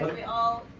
we all